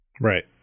Right